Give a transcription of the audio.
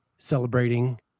celebrating